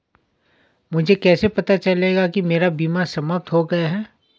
मुझे कैसे पता चलेगा कि मेरा बीमा समाप्त हो गया है?